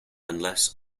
unless